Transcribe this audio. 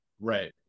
right